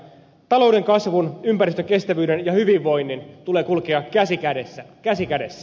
talouden kasvun ympäristön kestävyyden ja hyvinvoinnin tulee kulkea käsi kädessä käsi kädessä